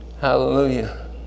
Hallelujah